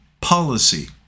policy